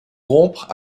rompre